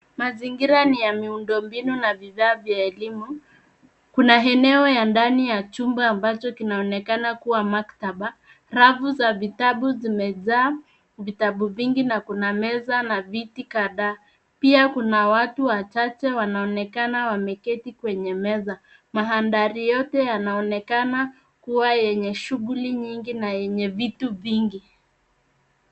Mazingira ni ya miundo mbinu na vifaa vya elimu. Kuna eneo ya ndani ya chumba ambacho kinaonekana kuwa maktaba. Rafu za vitabu zimejaa vitabu vingi na kuna meza na viti kadhaa. Pia kuna watu wachache wanaonekana wameketi kwenye meza. Mandhari yote yanaonekana kuwa yenye shughuli nyingi na enye vitu vingi.